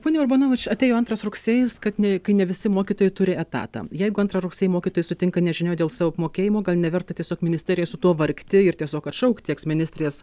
ponia urbanovič atėjo antras rugsėjis kad ne ne visi mokytojai turi etatą jeigu antrą rugsėjį mokytojai sutinka nežinioj dėl savo apmokėjimo gal neverta tiesiog ministerijai su tuo vargti ir tiesiog atšaukti teks ministrės